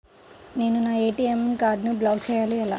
నేను నా ఏ.టీ.ఎం కార్డ్ను బ్లాక్ చేయాలి ఎలా?